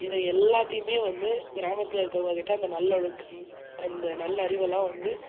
இதை எல்லாத்தையுமே வந்து கிராமத்தில் இருக்கிறவங்க கிட்டே அந்த நல்லொழுக்கம் அந்த நல்ல அறிவெல்லாம் வந்து